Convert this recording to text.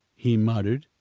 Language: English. he muttered,